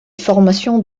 formations